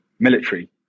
military